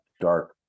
dark